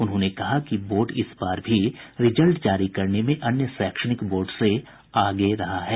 उन्होंने कहा कि बोर्ड इस बार भी रिजल्ट जारी करने में अन्य शैक्षणिक बोर्ड से आगे रहा है